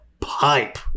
pipe